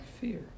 fear